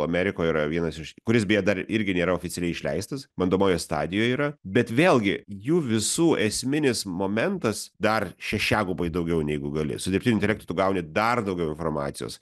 amerikoje yra vienas iš kuris beje dar irgi nėra oficialiai išleistas bandomojoje stadijoje yra bet vėlgi jų visų esminis momentas dar šešiagubai daugiau negu gali su dirbtiniu intelektu tu gauni dar daugiau informacijos